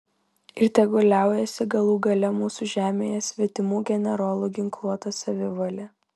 ir tegul liaujasi galų gale mūsų žemėje svetimų generolų ginkluota savivalė